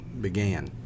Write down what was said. began